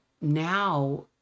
now